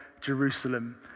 Jerusalem